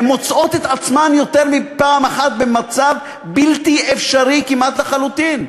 הן מוצאות את עצמן יותר מפעם אחת במצב בלתי אפשרי כמעט לחלוטין.